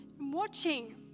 Watching